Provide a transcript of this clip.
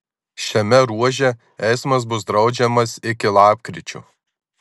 šiame ruože eismas bus draudžiamas iki lapkričio